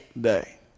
day